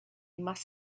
must